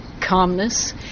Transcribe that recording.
calmness